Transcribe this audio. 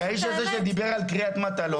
כי האיש הזה שדיבר על קריאת מטלון,